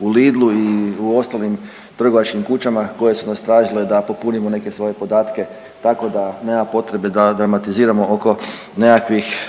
u Lidlu i ostalim trgovačkim kućama koje su nas tražile da popunimo neke svoje podatke, tako da nema potrebe da dramatiziramo oko nekakvih